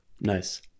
nice